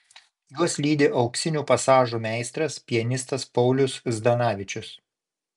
juos lydi auksinių pasažų meistras pianistas paulius zdanavičius